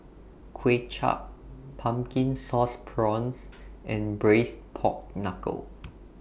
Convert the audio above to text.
Kuay Chap Pumpkin Sauce Prawns and Braised Pork Knuckle